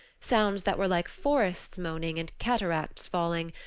sounds that were like forests moaning and cataracts falling.